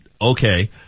okay